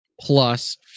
Plus